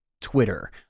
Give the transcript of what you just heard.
Twitter